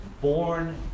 born